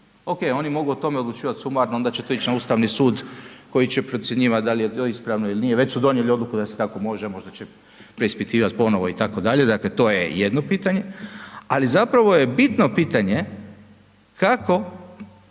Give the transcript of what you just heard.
OK, oni mogu o tome odlučivat sumarno onda će to ići na Ustavni suda koji će procjenjivat da li je to ispravno ili nije, već su donijeli odluku da se tako može, možda će preispitivat ponovo itd., dakle to je jedno pitanje. Ali zapravo je bitno pitanje kako